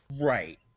Right